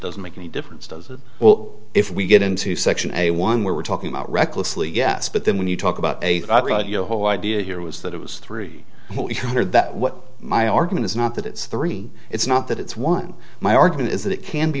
doesn't make any difference does it well if we get into section a one where we're talking about recklessly yes but then when you talk about a whole idea here was that it was three hundred that what my argument is not that it's three it's not that it's one my argument is that it can be